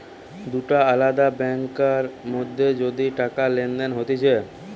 দুটা আলদা ব্যাংকার মধ্যে যদি টাকা লেনদেন হতিছে